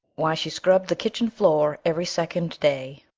why, she scrubbed the kitchen floor every second day,